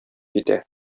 китә